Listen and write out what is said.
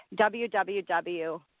www